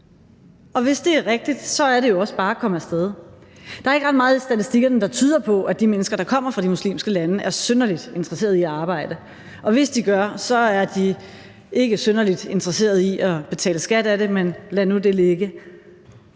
og hvis det er rigtigt, er det jo også bare at komme af sted. Der er ikke ret meget i statistikkerne, der tyder på, at de mennesker, der kommer fra de muslimske lande, er synderlig interesserede i at arbejde, og hvis de er, er de ikke synderlig interesserede i at betale skat af det, men lad nu det ligge.